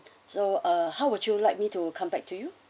so uh how would you like me to come back to you